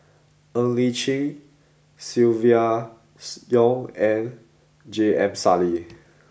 Ng Li Chin Silvia Yong and J M Sali